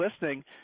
listening